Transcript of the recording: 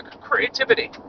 creativity